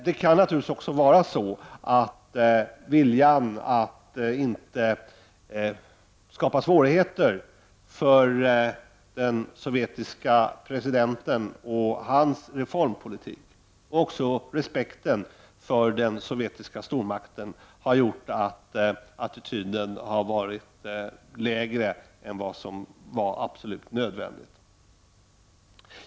Men viljan att inte skapa svårigheter för den sovjetiske presidenten och dennes reformpolitik och även respekten för den sovjetiska stormakten kan naturligtvis ha gjort att dessa länder har intagit en mer passiv attityd än vad som hade varit absolut nödvändigt.